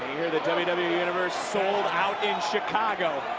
hear the wwe wwe universe sold out in chicago.